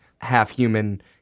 half-human